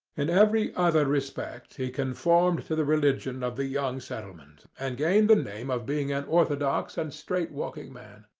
in every other respect he conformed to the religion of the young settlement, and gained the name of being an orthodox and straight-walking man.